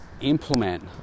implement